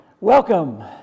Welcome